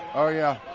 oh yeah